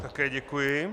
Také děkuji.